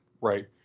right